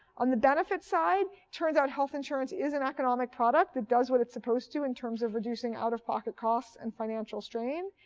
on the benefits side, turns out health insurance is an economic product that does what it's supposed to in terms of reducing out-of-pocket costs and financial strain,